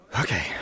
Okay